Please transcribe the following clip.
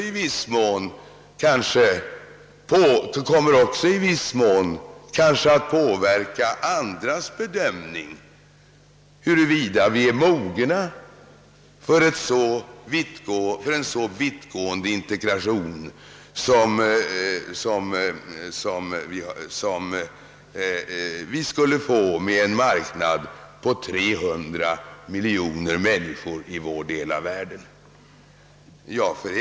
Detta kommer kanske också i viss mån att påverka andras bedömningar, huruvida vi är mogna för en så vittgående integration som bildandet av en marknad med 300 miljoner människor i vår världsdel skulle innebära.